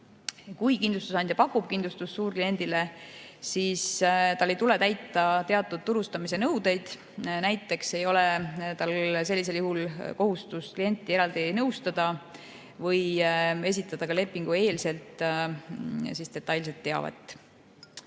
Kui kindlustusandja pakub kindlustust suurkliendile, siis tal ei tule täita teatud turustamise nõudeid. Näiteks ei ole tal sellisel juhul kohustust klienti eraldi nõustada või esitada lepingueelselt detailset teavet. Nagu